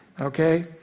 okay